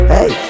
Hey